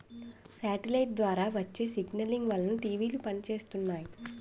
satellite ద్వారా వచ్చే signalling వలన టీవీలు పనిచేస్తున్నాయి